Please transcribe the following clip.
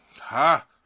Ha